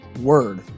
word